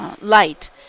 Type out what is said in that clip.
light